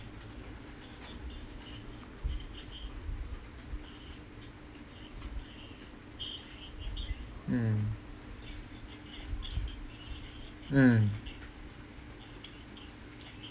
mm mm